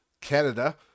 Canada